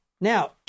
Now